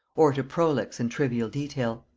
or to prolix and trivial detail.